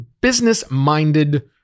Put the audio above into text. business-minded